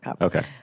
Okay